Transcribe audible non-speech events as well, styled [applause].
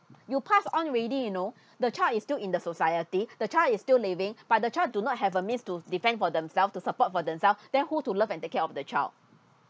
you pass on already you know [breath] the child is still in the society [breath] the child is still living [breath] but the child do not have a means to defend for themselves to support for themselves [breath] then who to love and take care of the child